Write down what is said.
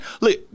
Look